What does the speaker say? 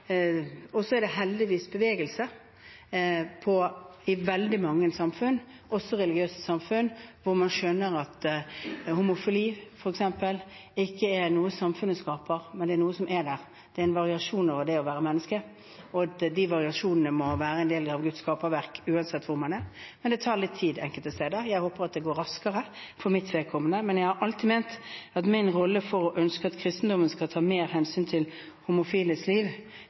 er heldigvis bevegelse i veldig mange samfunn, også i religiøse samfunn; man skjønner at homofili, f.eks., ikke er noe samfunnet skaper, men at det er noe som er der, at det er en variasjon over det å være menneske, og at de variasjonene må være en del av Guds skaperverk, uansett hvor man er. Men det tar litt tid enkelte steder. Jeg for mitt vedkommende håper at det går raskere. Men jeg har alltid ment om min rolle i det å ønske at kristendommen skal ta mer hensyn til homofiles liv,